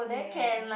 yes